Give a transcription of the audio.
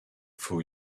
for